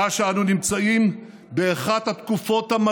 לא קטנות: אחת זה יוצאי אתיופיה,